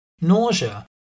nausea